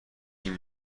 این